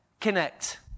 Connect